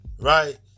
right